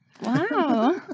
Wow